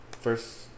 first